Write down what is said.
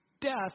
death